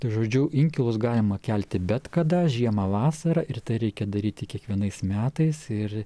tai žodžiu inkilus galima kelti bet kada žiemą vasarą ir tai reikia daryti kiekvienais metais ir